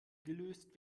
gelöst